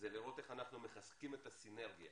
זה לראות איך אנחנו מחזקים את הסינרגיה